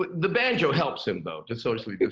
the banjo helps him, though to socially but